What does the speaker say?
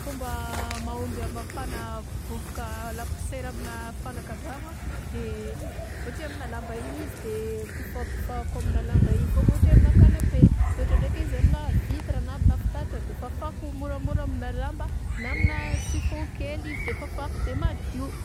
Fomba mahomby hamafana vovoka laposiera amy fanaka an-dragno a de ohatra hoe aminà lamba igny izy de bofabofahako aminà lamba igny foagna ohatra hoe aminà canape, de ohatra ndraika izy aminà vitra na aminà fitaratra de fafako moramora aminà lamba na aminà chiffon kely izy de fafako de madio.